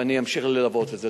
ואני אמשיך ללוות את זה.